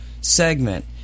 segment